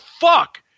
fuck